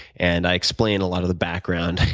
and i explain a lot of the background,